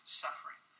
suffering